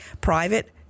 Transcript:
private